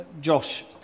Josh